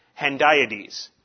hendiades